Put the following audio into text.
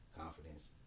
confidence